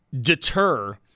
deter